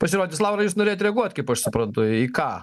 pasirodys laurai jūs norėjot reaguot kaip aš suprantu į ką